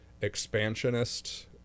expansionist